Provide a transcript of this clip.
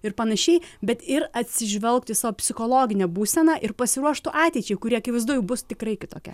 ir panašiai bet ir atsižvelgt į savo psichologinę būseną ir pasiruoštų ateičiai kuri akivaizdu jau bus tikrai kitokia